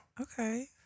Okay